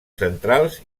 centrals